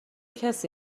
کسی